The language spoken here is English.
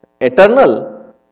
eternal